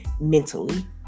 mentally